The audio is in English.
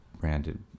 branded